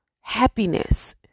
happiness